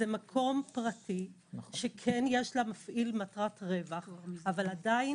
מקום פרטי שיש למפעיל מטרת רווח אבל עדיין